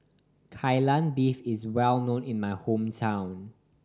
Kai Lan Beef is well known in my hometown